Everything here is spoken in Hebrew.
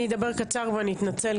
אני אדבר קצר ואני אתנצל,